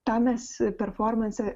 tą mes performanse